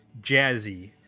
jazzy